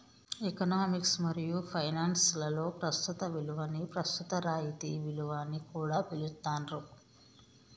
economics మరియు finance లలో ప్రస్తుత విలువని ప్రస్తుత రాయితీ విలువ అని కూడా పిలుత్తాండ్రు